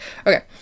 Okay